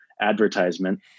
advertisement